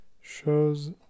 shows